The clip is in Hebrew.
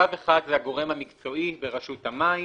שלב אחד הגורם המקצועי ברשות המים,